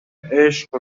عشق